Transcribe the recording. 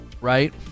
right